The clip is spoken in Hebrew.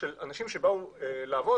אנשים שבאו לעבוד,